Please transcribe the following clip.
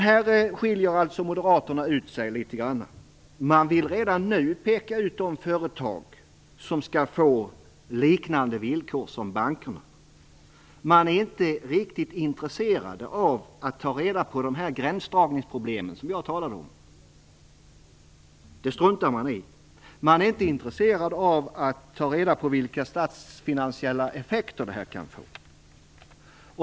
Här skiljer alltså moderaterna ut sig litet grand. Man vill redan nu peka ut de företag som skall få liknande villkor som bankerna. Man är inte riktigt intresserad av de gränsdragningsproblem jag talade om. Man struntar i det. Man är inte heller intresserad av ta reda på vilka statsfinansiella effekter detta kan få.